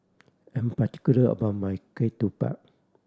I'm particular about my ketupat